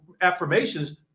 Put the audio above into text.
affirmations